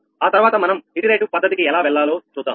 ఆ తర్వాత మనం ఇటరేటివ్ పద్ధతికి ఎలా వెళ్లాలో చూద్దాం